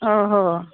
ଓହୋ